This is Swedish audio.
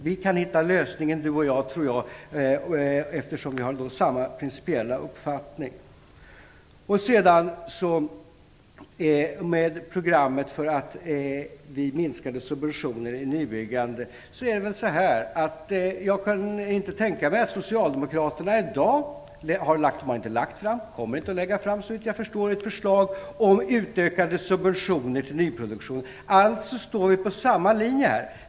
Vi kan hitta lösningen, tror jag, eftersom vi har samma principiella uppfattning. När det gäller programmet för minskade subventioner i nybyggandet kan jag tänka mig att socialdemokraterna, som ännu inte har lagt fram något förslag, såvitt jag förstår inte kommer att lägga fram ett förslag om utökade subventioner till nyproduktion. Alltså står vi på samma linje här.